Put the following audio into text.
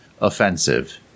offensive